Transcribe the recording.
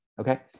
okay